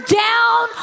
down